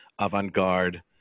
avant-garde